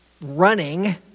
Running